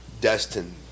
destined